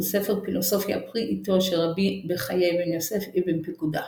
הוא ספר פילוסופיה פרי עטו של רבי בחיי בן יוסף אבן פקודה.